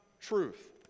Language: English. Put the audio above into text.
truth